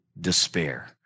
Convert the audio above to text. despair